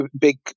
big